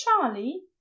Charlie